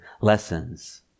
lessons